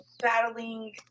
battling